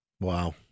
Wow